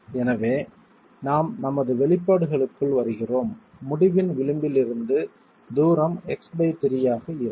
எனவே நாம் நமது வெளிப்பாடுகளுக்குள் வருகிறோம் முடிவின் விளிம்பிலிருந்து தூரம் x3 ஆக இருக்கும்